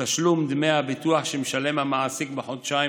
תשלום דמי הביטוח שמשלם המעסיק בחודשיים